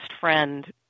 friend